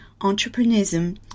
Entrepreneurism